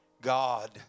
God